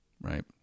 right